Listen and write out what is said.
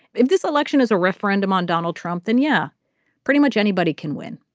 if this election is a referendum on donald trump then yeah pretty much anybody can win.